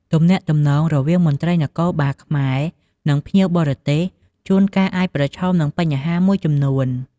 ទំនាក់ទំនងរវាងមន្ត្រីនគរបាលខ្មែរ និងភ្ញៀវបរទេស ជួនកាលអាចប្រឈមនឹងបញ្ហាមួយចំនួន។